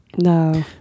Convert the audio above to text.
No